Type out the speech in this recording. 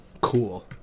cool